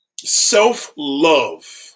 Self-love